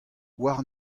war